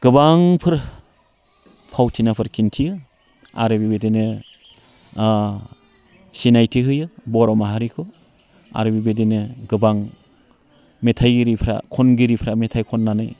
गोबांफोर फावथिनाफोर दिन्थियो आरो बेबायदिनो सिनायथि होयो बर' माहारिखौ आरो बेबायदिनो गोबां मेथाइगिरिफोरा खनगिरिफ्रा मेथाइ खननानै